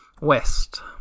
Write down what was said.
West